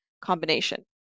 combination